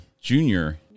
Junior